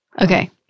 Okay